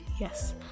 Yes